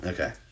Okay